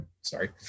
Sorry